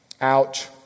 Ouch